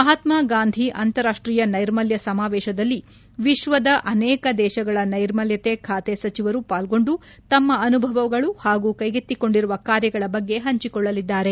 ಮಹಾತ್ಮ ಗಾಂಧಿ ಅಂತಾರಾಷ್ಟೀಯ ನೈರ್ಮಲ್ಯ ಸಮಾವೇಶದಲ್ಲಿ ವಿಶ್ವದ ಅನೇಕ ದೇಶಗಳ ನೈರ್ಮಲ್ಯ ಖಾತೆ ಸಚಿವರು ಪಾಲ್ಗೊಂಡು ತಮ್ಮ ಅನುಭವಗಳು ಹಾಗೂ ಕೈಗೆತ್ತಿಕೊಂಡಿರುವ ಕಾರ್ಯಗಳ ಬಗ್ಗೆ ಹಂಚಿಕೊಳ್ಳಲಿದ್ದಾರೆ